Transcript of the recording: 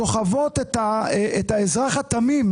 סוחבות את האזרח התמים,